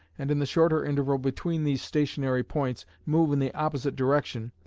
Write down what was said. and in the shorter interval between these stationary points, move in the opposite direction,